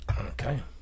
okay